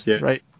right